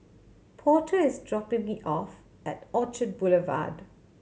Porter is dropping me off at Orchard Boulevard